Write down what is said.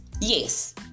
Yes